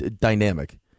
dynamic